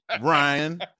Ryan